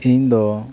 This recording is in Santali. ᱤᱧ ᱫᱚ